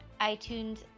iTunes